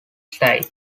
style